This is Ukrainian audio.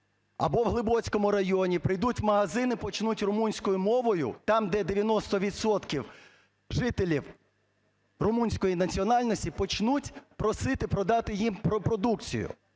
або в Глибоцькому районі, прийдуть в магазини, почнуть румунською мовою – там, де 90 відсотків жителів румунської національності, – почнуть просити продати їм продукцію?